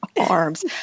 arms